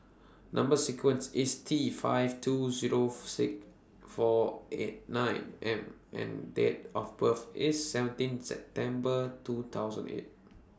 Number sequence IS T five two Zero six four eight nine M and Date of birth IS seventeen September two thousand eight